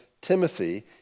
Timothy